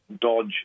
dodge